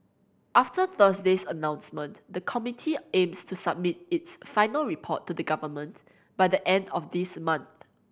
after Thursday's announcement the committee aims to submit its final report to the Government by the end of this month